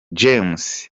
james